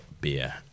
beer